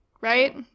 right